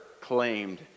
claimed